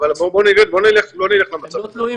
אבל לא נלך למצב הזה.